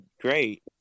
great